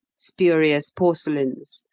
spurious porcelains,